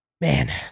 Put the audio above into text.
Man